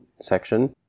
section